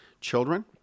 children